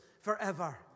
forever